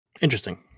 Interesting